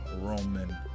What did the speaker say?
Roman